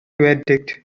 verdict